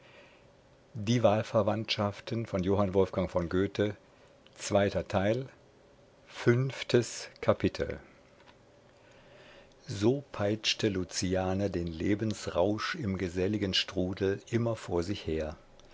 die wir lieben fünftes kapitel so peitschte luciane den lebensrausch im geselligen strudel immer vor sich her